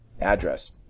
address